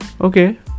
okay